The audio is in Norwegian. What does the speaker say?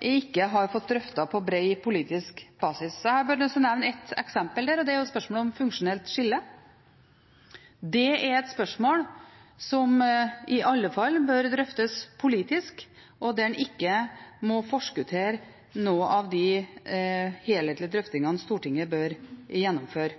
ikke har fått drøftet på bred politisk basis. Jeg har bare lyst til å nevne ett eksempel der, og det er spørsmålet om funksjonelt skille. Det er et spørsmål som i alle fall bør drøftes politisk, og der en ikke må forskuttere noen av de helhetlige drøftingene Stortinget bør gjennomføre.